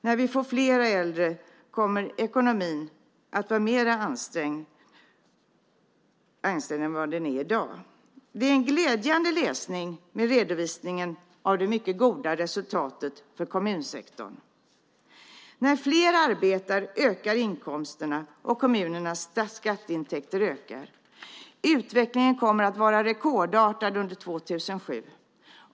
När vi får flera äldre kommer ekonomin att vara mer ansträngd än den är i dag. Redovisningen av det mycket goda resultatet för kommunsektorn är en glädjande läsning. När flera arbetar ökar inkomsterna, och kommunernas skatteintäkter ökar. Utvecklingen kommer att vara rekordartad under 2007.